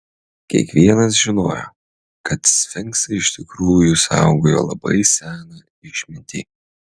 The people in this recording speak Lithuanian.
kiekvienas žinojo kad sfinksai iš tikrųjų saugojo labai seną išmintį